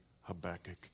Habakkuk